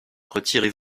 retirez